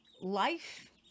Life